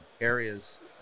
areas